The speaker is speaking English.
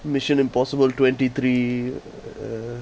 mission impossible twenty three uh